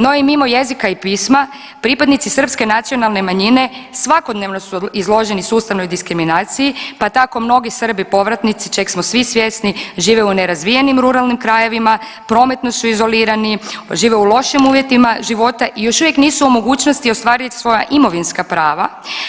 No i mimo jezika i pisma pripadnici srpske nacionalne manjine svakodnevno su izloženi sustavnoj diskriminaciji, pa tako mnogi Srbi povratnici čeg smo svi svjesni žive u nerazvijenim ruralnim krajevima, prometno su izolirani, žive u lošim uvjetima života i još uvijek nisu u mogućnosti ostvariti svoja imovinska prava,